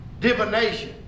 Divination